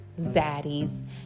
zaddies